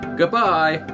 goodbye